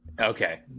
Okay